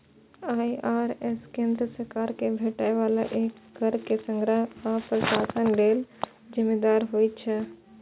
IRS केंद्र सरकार कें भेटै बला कर के संग्रहण आ प्रशासन लेल जिम्मेदार होइ छै